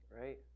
right